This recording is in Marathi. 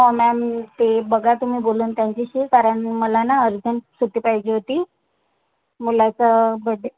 हा मॅम ते बघा तुम्ही बोलून त्यांच्याशी कारण मला ना अर्जंट सुट्टी पाहिजे होती मुलाचं बड्डे